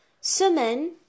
Semaine